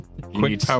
Quick